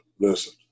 listen